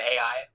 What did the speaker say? AI